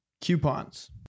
coupons